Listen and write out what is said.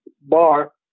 bar